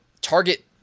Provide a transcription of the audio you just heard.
target